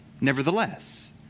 Nevertheless